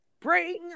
bring